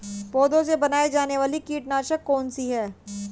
पौधों से बनाई जाने वाली कीटनाशक कौन सी है?